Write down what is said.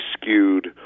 skewed